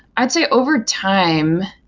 i'd say over time,